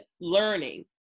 learning